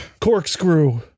corkscrew